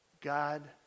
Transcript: God